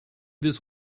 this